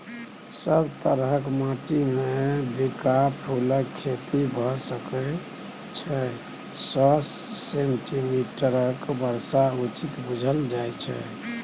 सब तरहक माटिमे बिंका फुलक खेती भए सकै छै सय सेंटीमीटरक बर्षा उचित बुझल जाइ छै